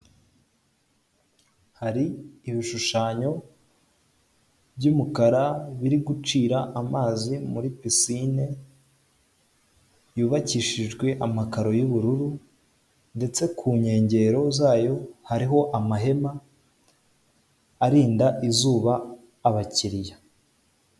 Hari ibishushanyo by'umukara, biri gucira amazi muri pisine yubakishijwe amakaro y'ubururu, ndetse ku nkengero zayo hariho amahema arinda izuba abakiriya.